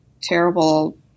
terrible